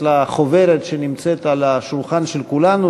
לחוברת שנמצאת על השולחן של כולנו.